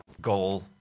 Goal